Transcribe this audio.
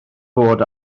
bod